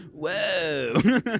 Whoa